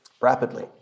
Rapidly